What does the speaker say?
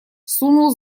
сунул